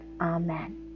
Amen